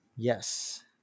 Yes